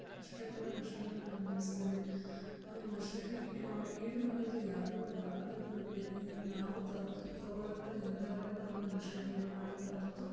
ಅಷ್ಟೇ ಕೂಡ ನಷ್ಟವನ್ನು ಅನ್ಬವಿಸ್ತೀವಿ ನಷ್ಟಕ್ಕೆ ಈಡು ಮಾಡೋದು ಯಾರೂ ಅಲ್ಲ ಅದನ್ನು ನಾವು ನಾವು ತಗೋಳೋವಂತ ನಿರ್ಧಾರವೇ ನಮ್ಮನ್ನು ನಷ್ಟಕ್ಕೆ ಈಡು ಮಾಡುತ್ತೆ ಹೊರತು